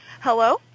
Hello